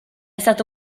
stato